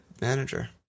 manager